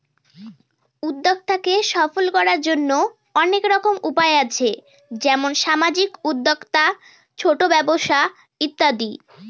উদ্যক্তাকে সফল করার জন্য অনেক রকম উপায় আছে যেমন সামাজিক উদ্যোক্তা, ছোট ব্যবসা ইত্যাদি